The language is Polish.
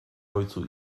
ojcu